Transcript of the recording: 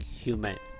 human